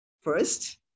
first